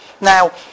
Now